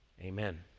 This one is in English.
Amen